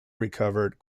recovered